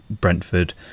Brentford